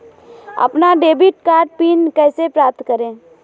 अपना debit card pin कैसे प्राप्त करें?